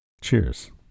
Cheers